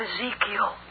Ezekiel